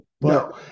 No